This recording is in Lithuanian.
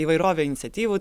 įvairovė iniciatyvų